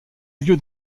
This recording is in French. lieu